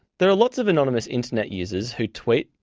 there are lots of anonymous internet users who tweet,